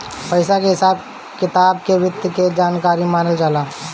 पइसा के हिसाब किताब के वित्त के जानकारी मानल जाला